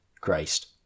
Christ